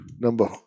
Number